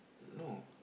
no